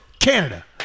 Canada